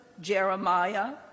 Jeremiah